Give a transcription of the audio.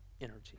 energy